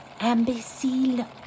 imbécile